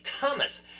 Thomas